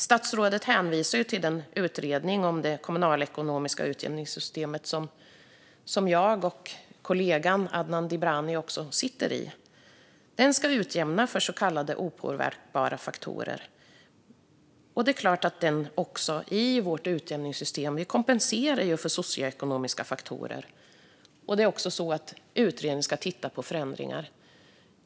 Statsrådet hänvisar till utredningen om det kommunalekonomiska utjämningssystemet, som jag och min kollega Adnan Dibrani sitter i. Den ska titta på en utjämning av så kallade opåverkbara faktorer. I vårt utjämningssystem kompenseras man också för socioekonomiska faktorer. Utredningen ska titta på förändringar.